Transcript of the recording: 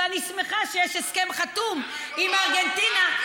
ואני שמחה שיש הסכם חתום עם ארגנטינה.